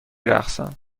رقصم